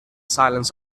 silence